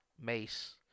Mace